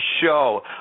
Show